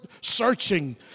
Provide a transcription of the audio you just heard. searching